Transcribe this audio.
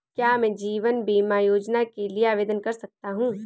क्या मैं जीवन बीमा योजना के लिए आवेदन कर सकता हूँ?